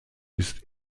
ist